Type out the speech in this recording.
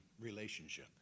relationship